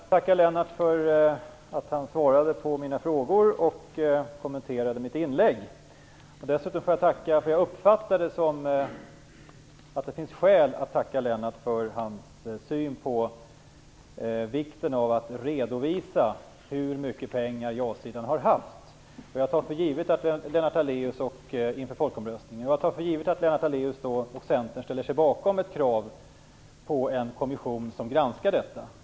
Herr talman! Jag tackar Lennart Daléus för att han svarade på mina frågor och kommenterade mitt inlägg. Jag uppfattade dessutom att det finns skäl att tacka Lennart Daléus för hans syn på vikten av att redovisa hur mycket pengar ja-sidan har haft inför folkomröstningen. Jag tar för givet att Lennart Daléus och Centern ställer sig bakom ett krav på en kommission som granskar detta.